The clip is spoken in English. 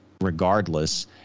regardless